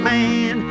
Man